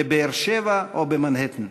בבאר-שבע או במנהטן.